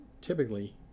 typically